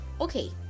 Okay